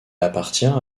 appartient